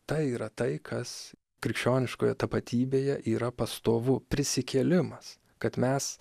tai yra tai kas krikščioniškoje tapatybėje yra pastovu prisikėlimas kad mes